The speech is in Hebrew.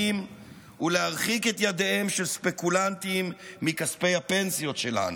ולהרחיק את ידיהם של ספקולנטים מכספי הפנסיות שלנו.